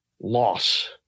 Loss